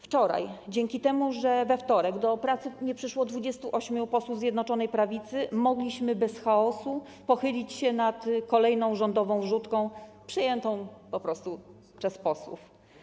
Wczoraj dzięki temu, że we wtorek do pracy nie przyszło 28 posłów Zjednoczonej Prawicy, mogliśmy bez chaosu pochylić się nad kolejną rządową wrzutką przyjętą przez posłów.